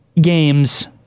games